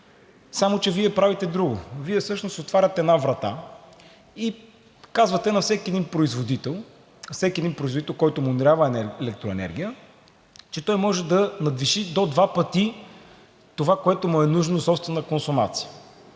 Само че Вие правите друго – отваряте всъщност една врата и казвате на всеки един производител, който употребява електроенергия, че той може да надвиши до два пъти това, което му е нужно за собствена консумация.